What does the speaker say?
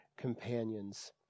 companions